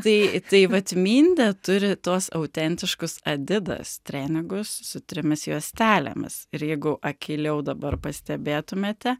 tai tai va mindė turi tuos autentiškus adidas treningus su trimis juostelėmis ir jeigu akyliau dabar pastebėtumėte